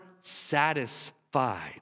satisfied